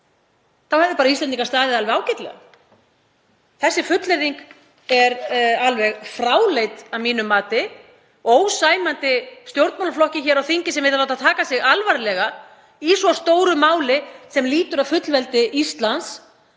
Þá hefðu Íslendingar staðið alveg ágætlega. Þessi fullyrðing er alveg fráleit að mínu mati og ósæmandi stjórnmálaflokki hér á þingi sem vill láta taka sig alvarlega í svo stóru máli sem lýtur að fullveldi Íslands